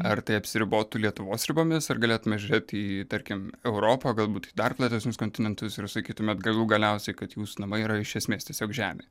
ar tai apsiribotų lietuvos ribomis ar galėtume žiūrėti į tarkim europą galbūt į dar platesnius kontinentus ir sakytumėt galų galiausiai kad jūs namai yra iš esmės tiesiog žemė